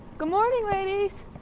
good morning ladies!